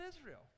Israel